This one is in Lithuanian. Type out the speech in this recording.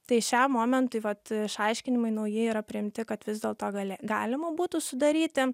tai šiam momentui vat išaiškinimai nauji yra priimti kad vis dėl to galė galima būtų sudaryti